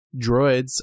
droids